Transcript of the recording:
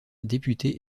député